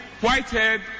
Whitehead